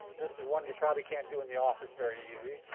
this is one you probably can't do in the office very easy